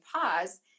pause